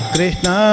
Krishna